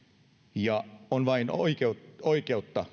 ja minun mielestäni on vain oikeutta oikeutta